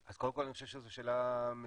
אז קודם כל אני חושב שזו שאלה מצוינת,